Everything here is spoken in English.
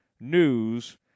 news